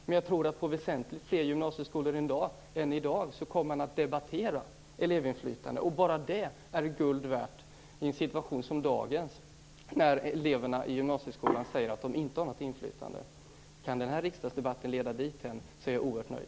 Men jag tror att man i väsentligt fler gymnasiskolor än i dag kommer att debattera elevinflytande. Bara det är guld värt i en situation som dagens, då eleverna i gymnasiskolan säger att de inte har något inflytande. Om denna riksdagsdebatt kan leda dit är jag oerhört nöjd.